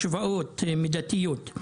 השוואות מידתיות.